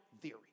theory